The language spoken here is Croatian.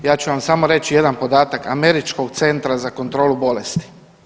Ja ću vam samo reći jedan podatak Američkog centra za kontrolu bolesti.